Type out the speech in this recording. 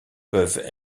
peuvent